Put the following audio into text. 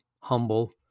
humble